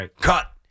cut